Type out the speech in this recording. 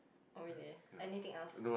oh really anything else